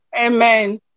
Amen